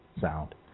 sound